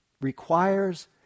requires